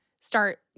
start